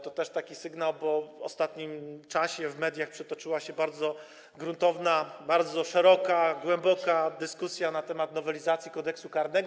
To też jest taki sygnał, bo w ostatnim czasie w mediach przetoczyła się bardzo gruntowna, bardzo szeroka, głęboka dyskusja na temat nowelizacji Kodeksu karnego.